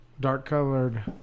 dark-colored